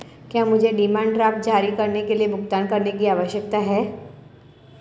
क्या मुझे demand draft जारी करने के लिए भुगतान करने की आवश्यकता है?